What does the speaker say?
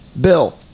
Bill